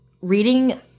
reading